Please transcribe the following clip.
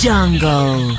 Jungle